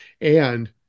And-